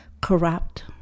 corrupt